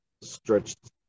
stretched